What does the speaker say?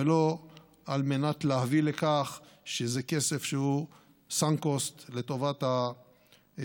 ולא על מנת להביא לכך שזה כסף שהוא sunk cost לטובת המשכיר.